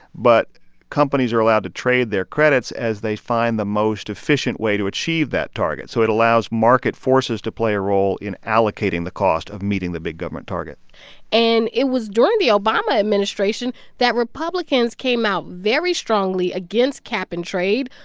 but companies are allowed to trade their credits as they find the most efficient way to achieve that target. so it allows market forces to play a role in allocating the cost of meeting the big government target and it was during the obama administration that republicans came out very strongly against cap and trade.